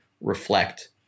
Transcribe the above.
reflect